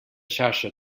xarxa